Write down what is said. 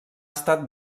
estat